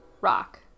rock